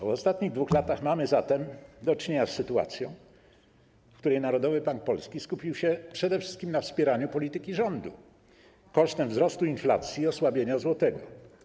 Przez ostatnie 2 lata mieliśmy zatem do czynienia z sytuacją, w której Narodowy Bank Polski skupił się przede wszystkim na wspieraniu polityki rządu kosztem wzrostu inflacji i osłabienia złotego.